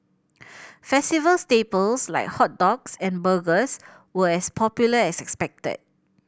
festival staples like hot dogs and burgers were as popular as expected